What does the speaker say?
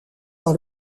par